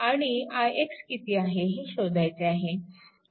आणि ix किती आहे हे शोधायचे आहे